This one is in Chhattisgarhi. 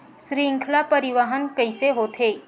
श्रृंखला परिवाहन कइसे होथे?